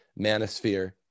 manosphere